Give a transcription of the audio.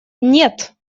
нет